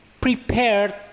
prepared